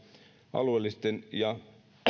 alueellisten ja